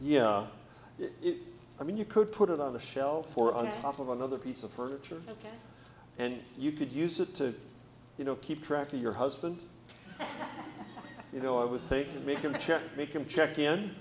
yeah i mean you could put it on the shelf or on top of another piece of furniture and you could use it to you know keep track of your husband you know i would take to make him check